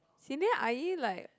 Jing-Lian 阿姨:ayi like